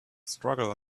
struggle